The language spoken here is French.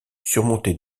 surmontée